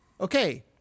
Okay